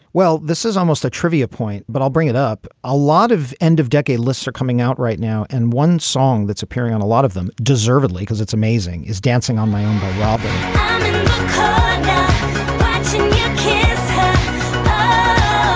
well, this is almost a trivia point, but i'll bring it up. a lot of end of decade lists are coming out right now. and one song that's appearing on a lot of them, deservedly because it's amazing, is dancing on my own by